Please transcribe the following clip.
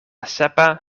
sepa